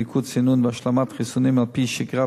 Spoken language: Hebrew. בדיקות סינון והשלמת חיסונים על-פי שגרת